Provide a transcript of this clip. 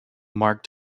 mark